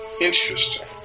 Interesting